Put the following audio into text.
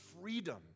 freedom